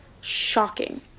Shocking